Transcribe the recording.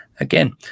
again